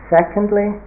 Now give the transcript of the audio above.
Secondly